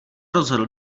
rozhodl